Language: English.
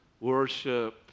worship